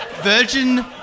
Virgin